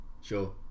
Sure